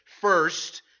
First